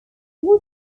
all